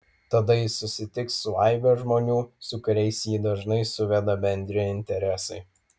tada jis susitiks su aibe žmonių su kuriais jį dažnai suveda bendri interesai